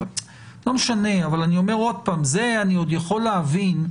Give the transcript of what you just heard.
אני אומר שזה אני עוד יכול להבין,